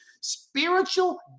Spiritual